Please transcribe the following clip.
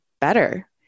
better